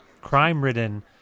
crime-ridden